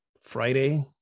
Friday